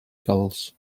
gulls